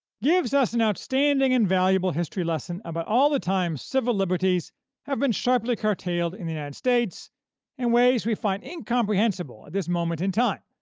gives us an outstanding and valuable history lesson about all the times civil liberties have been sharply curtailed in the united states in ways we find incomprehensible at this moment in time,